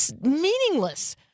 meaningless –